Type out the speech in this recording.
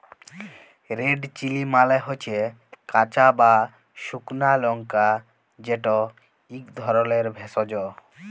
red chilli মালে হচ্যে কাঁচা বা সুকনা লংকা যেট ইক ধরলের ভেষজ